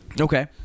Okay